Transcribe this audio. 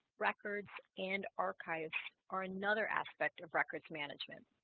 records and archives are another aspect of records management